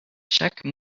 check